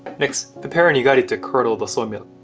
next, prepare nigari to curdle the soy milk.